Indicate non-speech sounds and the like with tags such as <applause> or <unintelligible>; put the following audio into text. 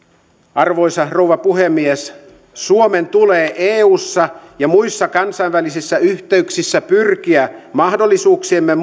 arvoisa rouva puhemies suomen tulee eussa ja muissa kansainvälisissä yhteyksissä pyrkiä mahdollisuuksiemme <unintelligible>